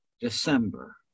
December